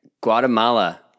Guatemala